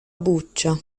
buccia